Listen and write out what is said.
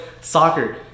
Soccer